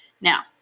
Now